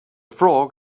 frog